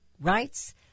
rights